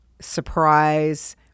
surprise